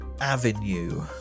Avenue